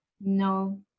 No